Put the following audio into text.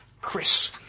Chris